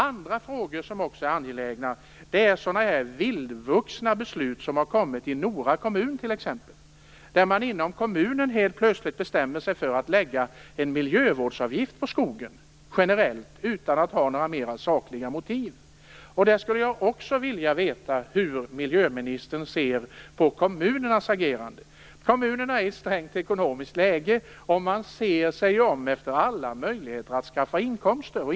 En annan angelägen fråga gäller t.ex. det vildvuxna beslut som har fattats i Nora kommun, som helt plötsligt bestämde sig för att lägga en generell miljövårdsavgift på skogen, utan några mera sakliga motiv för detta. Jag skulle därför vilja veta hur miljöministern ser på kommunernas agerande. Kommunerna har ett ansträngt ekonomiskt läge, och de ser sig om efter alla möjligheter att skaffa inkomster.